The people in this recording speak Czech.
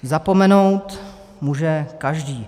Zapomenout může každý.